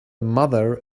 mother